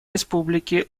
республики